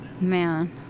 Man